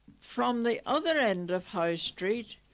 from the other end of high street,